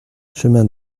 chemin